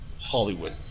Hollywood